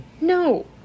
No